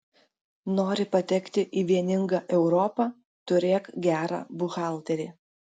nori patekti į vieningą europą turėk gerą buhalterį